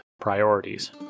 priorities